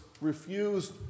refused